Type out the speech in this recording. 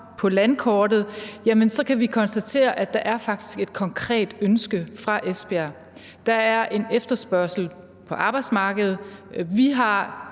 på landkortet, ja, så kan vi konstatere, at der faktisk er et konkret ønske fra Esbjerg. Der er en efterspørgsel på arbejdsmarkedet. Vi har